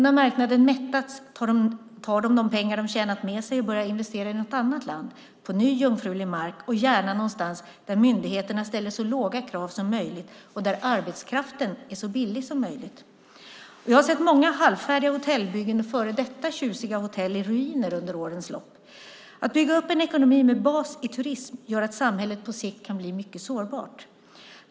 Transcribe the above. När marknaden mättats tar de med sig de pengar de tjänat och börjar investera i något annat land, på ny jungfrulig mark och gärna någonstans där myndigheterna ställer så låga krav som möjligt och där arbetskraften är så billig som möjligt. Jag har sett många halvfärdiga hotellbyggen och före detta tjusiga hotell i ruiner under årens lopp. Att bygga upp en ekonomi med basen i turism gör att samhället på sikt kan bli mycket sårbart.